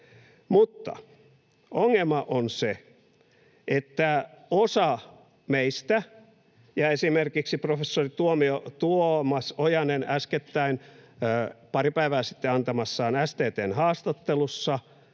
Mutta ongelma on se, että osa meistä ajattelee — ja esimerkiksi professori Tuomas Ojanen äskettäin, pari päivää sitten, antamassaan STT:n haastattelussa